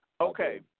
Okay